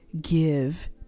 give